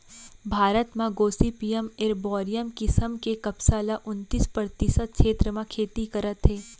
भारत म gossypium arboreum किसम के कपसा ल उन्तीस परतिसत छेत्र म खेती करत हें